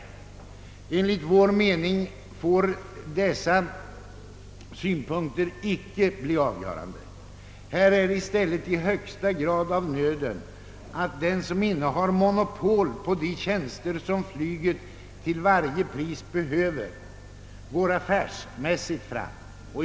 Enligt vår mening får dessa synpunkter icke bli avgörande. Här är det i stället i högsta grad av nöden att den, som innehar monopol på de tjänster som flyget till varje pris behöver, går affärsmässigt fram.